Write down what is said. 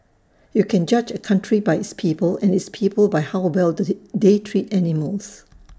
you can judge A country by its people and its people by how well they treat animals